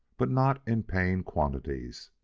but not in paying quantities.